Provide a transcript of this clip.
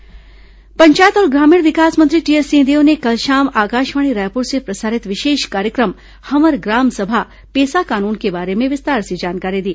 सिंहदेव पेसा जानकारी पंचायत और ग्रामीण विकास मंत्री टीएस सिंहदेव ने कल शाम आकाशवाणी रायपुर से प्रसारित विशेष कार्यक्रम हमर ग्राम सभा पेसा कानून के बारे में विस्तार से जानकारी दी